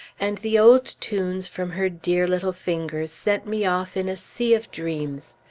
and the old tunes from her dear little fingers sent me off in a sea of dreams.